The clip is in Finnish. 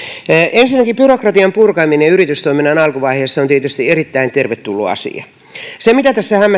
ensinnäkin byrokratian purkaminen yritystoiminnan alkuvaiheessa on tietysti erittäin tervetullut asia sitä tässä